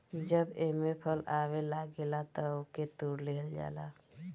जब एमे फल आवे लागेला तअ ओके तुड़ लिहल जाला